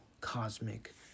cosmic